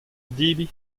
debriñ